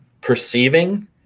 perceiving